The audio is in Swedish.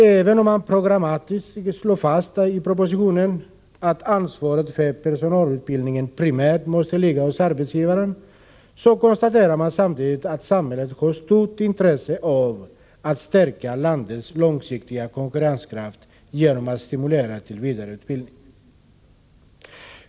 Även om man i propositionen programmatiskt slår fast att ansvaret för personalutbildningen primärt måste ligga hos arbetsgivaren, konstaterar man samtidigt att samhället har stort intresse av att stärka landets långsiktiga konkurrenskraft, genom att stimulera till vidareutbildning.